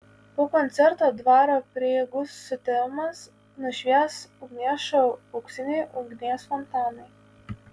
po koncerto dvaro prieigų sutemas nušvies ugnies šou auksiniai ugnies fontanai